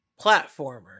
platformer